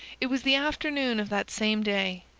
it was the afternoon of that same day,